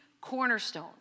cornerstone